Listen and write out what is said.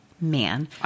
man